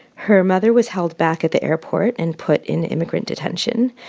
her mother was held back at the airport and put in immigrant detention.